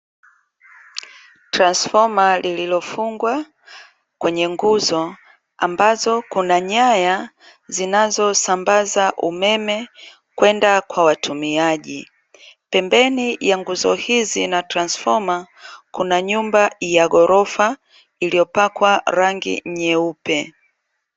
Transifoma lililofungwa kwenye nguzo, ambazo kuna nyaya zinazosambaza umeme kwenda kwa watumiaji, pembeni ya nguzo hizi na transifoma kuna nyumba ya ghorofa, iliyopakwa rangi nyeupe.